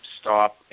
stop